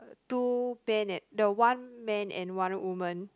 two pen at the one man and one woman